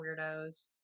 weirdos